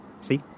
See